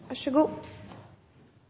vær så